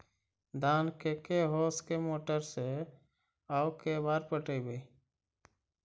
धान के के होंस के मोटर से औ के बार पटइबै?